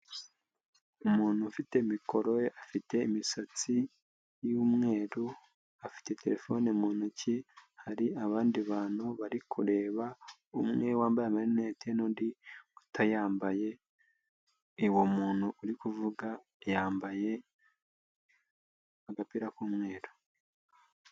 Umuntu ufite mikoro afite imisatsi y'umweru afite telefone mu ntoki hari abandi bantu bari kureba umwe wambaye amarinete n'undi utayambaye uwo muntu uri kuvuga yambaye agapira k'umweru.